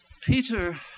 Peter